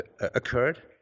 occurred